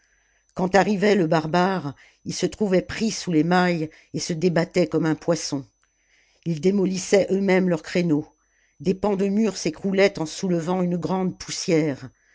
quand arrivait le barbare il se trouvait pris sous les mailles et se débattait comme un poisson ils démolissaient eux-mêmes leurs créneaux des pans de murs s'écroulaient en soulevant une grande poussière